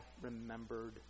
remembered